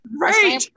right